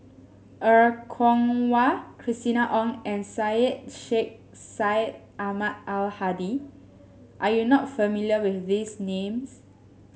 Er Kwong Wah Christina Ong and Syed Sheikh Syed Ahmad Al Hadi are you not familiar with these names